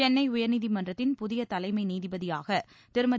சென்னை உயர்நீதிமன்றத்தின் புதிய தலைமை நீதிபதியாக திருமதி